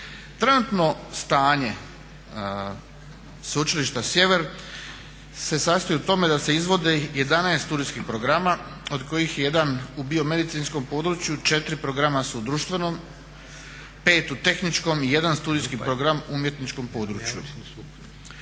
Trenutno stanje Sveučilišta Sjever se sastoji u tome da se izvodi 11 studijskih programa od kojih je jedan u biomedicinskom području, 4 programa su u društvenom, 5 u tehničkom i 1 studijski program u umjetničkom području.